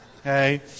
Okay